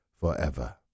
forever